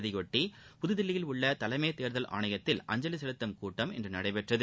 இதையொட்டி புதுதில்லியில் உள்ள தலைமைத் தேர்தல் ஆணையத்தில் அஞ்சலி செலுத்தும் கூட்டம் இன்று நடைபெற்றது